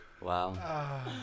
Wow